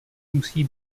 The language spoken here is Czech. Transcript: musí